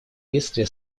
бедствия